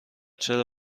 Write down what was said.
چرا